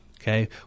Okay